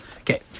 Okay